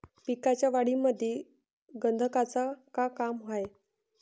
पिकाच्या वाढीमंदी गंधकाचं का काम हाये?